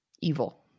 Evil